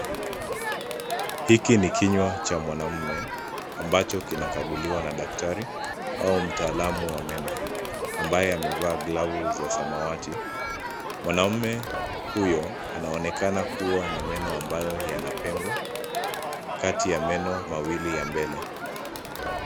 Hiki ni kinywa cha mwanamume ambacho kinakaguliwa na daktari au mtaalamu wa meno, ambaye amevaa glavu za samawati. Mwanamume huyo anaonekana kua na meno ambayo yana pengo , kati ya meno mawili ya mbele.